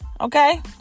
Okay